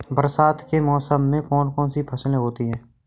बरसात के मौसम में कौन कौन सी फसलें होती हैं?